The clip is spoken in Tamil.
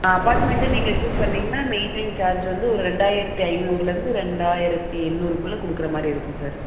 அப்பார்ட்மெண்ட்டு நீங்கள் சூஸ் பண்ணிங்கனால் மெயின்டைன் சார்ஜ் வந்து ஒரு ரெண்டாயிரத்து ஐந்நூறுலிருந்து ரெண்டாயிரத்து எண்ணூறுக்குள்ளே கொடுக்குற மாதிரி இருக்கும் சார்